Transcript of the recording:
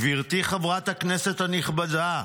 גברתי חברת הכנסת הנכבדה,